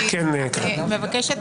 בבקשה.